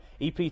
EP